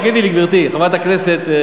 תגידי לי, גברתי חברת הכנסת.